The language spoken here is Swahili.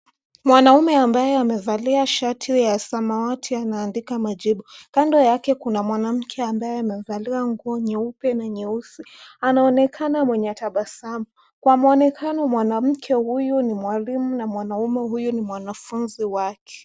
Mwanamme ambaye amevalia shati ya samawati anaandika majibu. Kando yake kuna mwanamke ambaye amevalia nguo nyeupe na nyeusi. Anaonekana mwenye tabasamu. Kwa Mwonekano mwanamke huyu ni mwalimu na mwanamme huyu ni mwanafunzi wake.